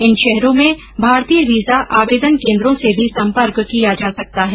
इन शहरों में भारतीय वीजा आवेदन केन्द्रों से भी संपर्क किया जा सकता है